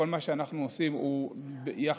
כל מה שאנחנו עושים הוא יחסית,